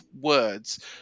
words